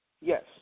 Yes